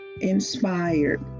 inspired